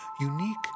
unique